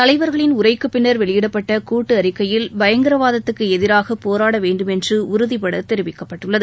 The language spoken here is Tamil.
தலைவர்களின் உரைக்கு பின்னர் வெளியிடப்பட்ட கூட்டு அறிக்கையில் பயங்கரவாதத்துக்கு எதிராக போராட வேண்டுமென்று உறுதி பட தெரிவிக்கப்பட்டுள்ளது